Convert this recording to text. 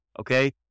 okay